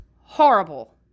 horrible